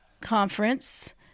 conference